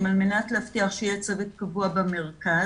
על מנת להבטיח שיהיה צוות קבוע במרכז,